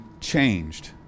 changed